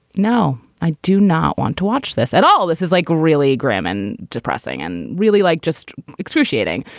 no, i do not want to watch this at all. this is like really grim and depressing and really like just excruciating.